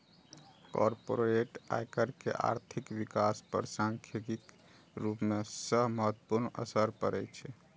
corporate आयकर के आर्थिक विकास पर सांख्यिकीय रूप सं महत्वपूर्ण असर पड़ै छै